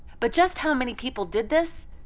but just how many people did this?